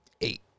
Eight